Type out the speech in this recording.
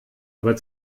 aber